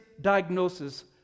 diagnosis